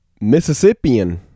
Mississippian